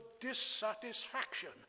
dissatisfaction